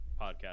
podcast